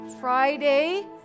friday